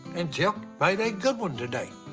and jep made a good one today.